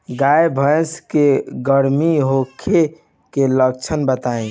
गाय भैंस के गर्म होखे के लक्षण बताई?